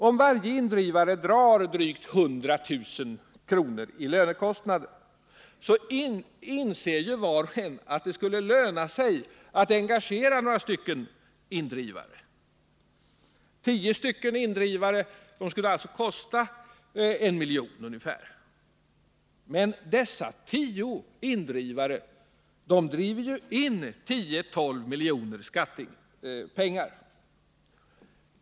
Om varje indrivare drar drygt 100 000 kr. i lönekostnader, inser ju var och en att det skulle löna sig att engagera några indrivare. Tio indrivare skulle alltså kosta ungefär 1 milj.kr., men dessa tio indrivare driver in 10-12 milj.kr. i skattepengar.